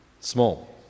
Small